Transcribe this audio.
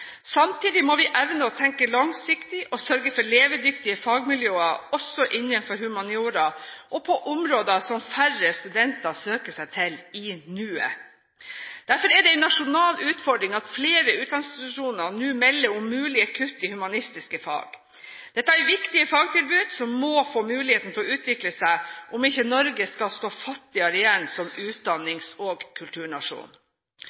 Samtidig må vi evne å tenke langsiktig og sørge for levedyktige fagmiljøer også innenfor humaniora og på områder som færre studenter søker seg til i nuet. Derfor er det en nasjonal utfordring at flere utdanningsinstitusjoner nå melder om mulige kutt i humanistiske fag. Dette er viktige fagtilbud, som må få muligheten til å videreutvikle seg om ikke Norge igjen skal bli fattigere som